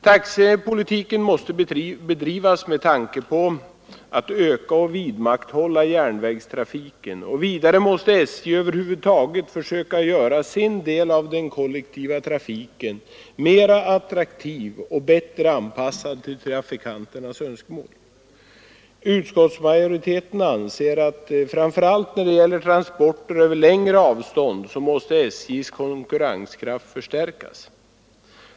Taxepolitiken måste bedrivas med tanke på att öka och vidmakthålla järnvägstrafiken, och vidare måste SJ över huvud taget försöka göra sin del av den kollektiva trafiken mera attraktiv och bättre anpassad till trafikanternas önskemål. Utskottsmajoriteten anser att framför allt när det gäller transporter över längre avstånd måste SJ:s konkurrenskraft förstärkas.